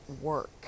work